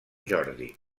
jordi